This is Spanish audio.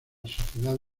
sociedad